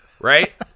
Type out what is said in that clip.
right